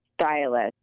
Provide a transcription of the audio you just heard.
stylist